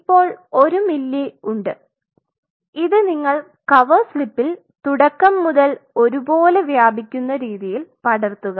ഇപ്പോൾ ഒരു മില്ലി ഉണ്ട് ഇത് നിങ്ങൾ കവർ സ്ലിപ്പിൽ തുടക്കം മുതൽ ഒരുപോലെ വ്യാപിക്കുന്ന രീതിയിൽ പടർത്തുക